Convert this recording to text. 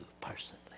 personally